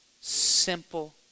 simple